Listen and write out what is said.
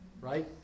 Right